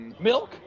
Milk